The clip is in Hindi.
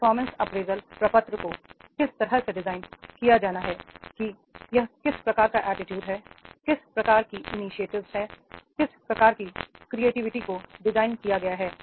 परफॉर्में अप्रेजल प्रपत्र को इस तरह से डिज़ाइन किया जाना है कि यह किस प्रकार का एटीट्यूड है किस प्रकार की इनीशिएटिव है किस प्रकार की क्रिएटिविटी को डिजाइन किया गया है